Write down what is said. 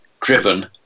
driven